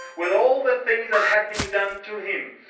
with all the things that had been done to him.